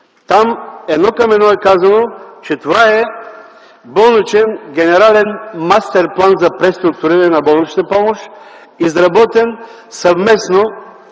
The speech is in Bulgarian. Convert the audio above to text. Там едно към едно е казано, че това е болничен генерален мастер план за преструктуриране на болничната помощ, изработен съвместно